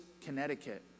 Connecticut